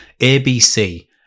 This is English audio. ABC